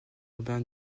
urbain